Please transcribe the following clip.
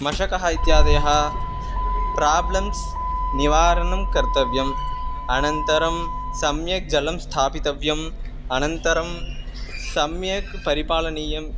मशकाः इत्यादयः प्राब्लम्स् निवारणं कर्तव्यम् अनन्तरं सम्यक् जलं स्थापयितव्यम् अनन्तरं सम्यक् परिपालनीयम्